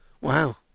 Wow